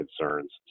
concerns